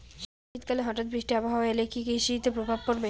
শীত কালে হঠাৎ বৃষ্টি আবহাওয়া এলে কি কৃষি তে প্রভাব পড়বে?